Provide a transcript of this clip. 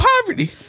poverty